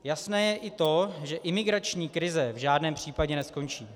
Jasné je i to, že imigrační krize v žádném případě neskončí.